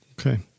Okay